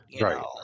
right